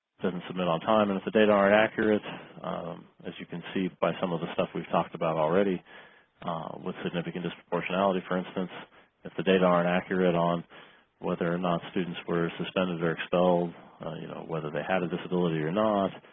doesn't submit on time and if the data aren't accurate as you can see by some of the stuff we've talked about already with significant disproportionality for instance if the data aren't accurate on whether or not students were suspended or expelled you know whether they had a disability or not